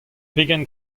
pegen